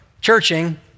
churching